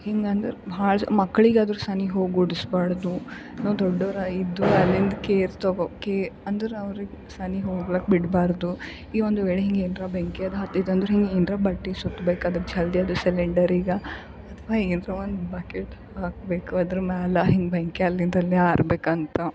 ಹಿಂಗೆ ಅಂದ್ರೆ ಭಾಳ ಮಕ್ಕಳಿಗಾದ್ರು ಸನಿಹ ಕೂಡಿಸ್ಬಾಡ್ದು ನಾವು ದೊಡ್ಡವರಾಗಿದ್ದು ಅಲ್ಲಿಂದ ಕೇರ್ ತಗೊ ಕೇರ್ ಅಂದ್ರೆ ಅವ್ರಿಗೆ ಸನಿಹ ಹೋಗ್ಲಿಕ್ ಬಿಡಬಾರ್ದು ಈ ಒಂದುವೇಳೆ ಹಿಂಗೆ ಏನರ ಬೆಂಕಿ ಅದು ಹತ್ತಿತು ಅಂದರೆ ಹಿಂಗೆ ಏನರ ಬಟ್ಟೆ ಸುತ್ಬೇಕೆ ಅದಕ್ಕೆ ಜಲ್ದಿ ಅದು ಸಿಲಿಂಡರಿಗೆ ಅಥ್ವ ಏನರ ಒಂದು ಬಕೆಟ್ ಹಾಕಬೇಕು ಅದ್ರ ಮ್ಯಾಲೆ ಹಿಂಗೆ ಬೆಂಕಿ ಅಲ್ಲಿಂದಲ್ಲಿ ಆರಬೇಕಂತ